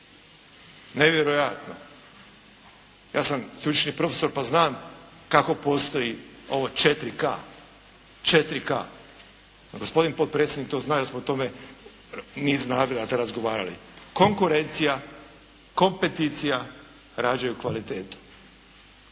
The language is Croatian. Nevjerojatno. Ja sam sveučilišni profesor pa znam kako postoji ovo 4K. gospodin potpredsjednik to zna jer smo o tome u niz navrata govorili, konkurencija, kompeticija rađaju kvalitetu.